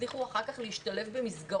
הצליחו אחר כך להשתלב במסגרות